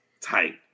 Tight